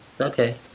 okay